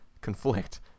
conflict